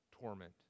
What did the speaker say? torment